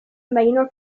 minor